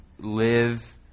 live